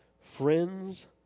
friends